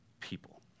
people